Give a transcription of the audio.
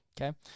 Okay